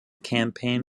campaign